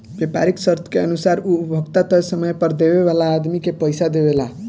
व्यापारीक शर्त के अनुसार उ उपभोक्ता तय समय पर देवे वाला आदमी के पइसा देवेला